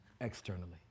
externally